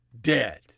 dead